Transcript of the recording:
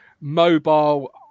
mobile